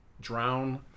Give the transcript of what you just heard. drown